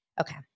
Okay